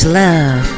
love